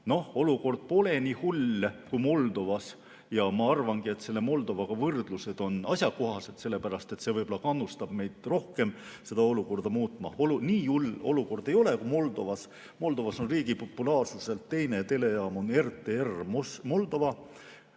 Olukord pole nii hull, kui on Moldovas. Ma arvan, et võrdlused Moldovaga on asjakohased sellepärast, et see võib-olla kannustab meid rohkem olukorda muutma. Nii hull olukord ei ole, kui on Moldovas. Moldovas on riigi populaarsuselt teine telejaam RTR Moldova,